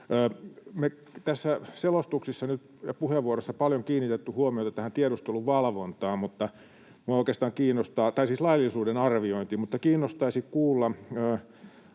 tässä, selostuksissa ja puheenvuoroissa, ollaan nyt paljon kiinnitetty huomiota tähän tiedusteluvalvontaan, tai siis laillisuuden arviointiin, mutta kiinnostaisi kuulla